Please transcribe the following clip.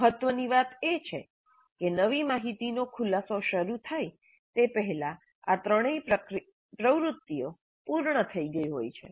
મહત્ત્વની વાત એ છે કે નવી માહિતીનો ખુલાસો શરૂ થાય તે પહેલાં આ ત્રણેય પ્રવૃત્તિઓ પૂર્ણ થઈ ગઈ હોય છે